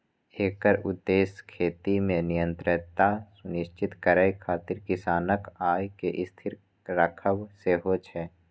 एकर उद्देश्य खेती मे निरंतरता सुनिश्चित करै खातिर किसानक आय कें स्थिर राखब सेहो छै